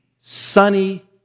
sunny